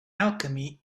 alchemy